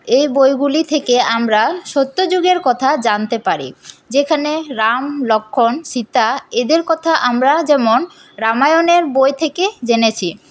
এই বইগুলি থেকে আমরা সত্যযুগের কথা জানতে পারি যেখানে রাম লক্ষ্মণ সীতা এদের কথা আমরা যেমন রামায়ণের বই থেকে জেনেছি